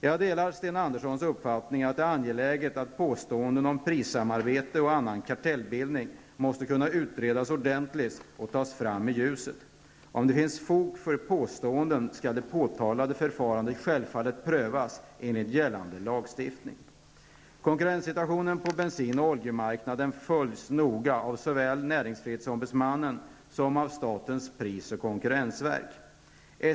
Jag delar Sten Anderssons uppfattning att det är angeläget att påståenden om prissamarbete och annan kartellbildning måste kunna utredas ordentligt och tas fram i ljuset. Om det finns fog för påståendena skall det påtalade förfarandet självfallet prövas enligt gällande lagstiftning. Konkurrenssituationen på bensin och oljemarknaden följs noga av såväl NO som statens pris och konkurrensverk .